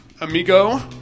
amigo